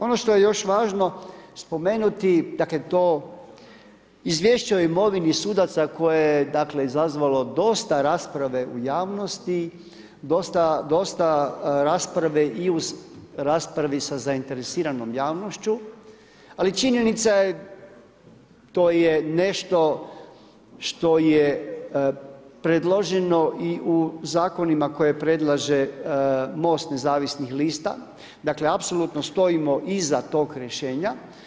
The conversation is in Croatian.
Ono što je još važno spomenuti, dakle to izvješće o imovini sudaca koje je dakle izazvalo dosta rasprave u javnosti, dosta rasprave i u raspravi sa zainteresiranom javnošću, ali činjenica je, to je nešto što je predloženo i u zakonima koje predlaže MOST Nezavisnih lista, dakle apsolutno stojimo iza tog rješenja.